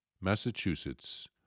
Massachusetts